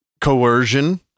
coercion